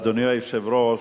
אדוני היושב-ראש,